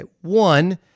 One